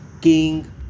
king